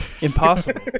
Impossible